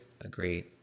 Agreed